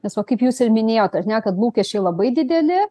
nes va kaip jūs ir minėjot ar ne kad lūkesčiai labai dideli